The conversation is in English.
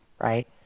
right